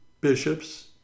bishops